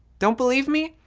don't believe me?